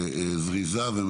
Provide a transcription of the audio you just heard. זריזה וממוקדת.